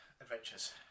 adventures